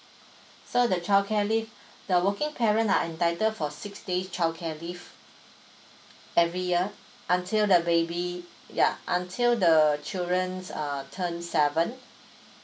so the childcare leave the working parent are entitled for six days childcare leave every year until the baby ya until the childrens uh turn seven